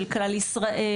של כלל ישראל,